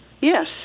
Yes